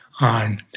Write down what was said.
on